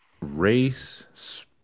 race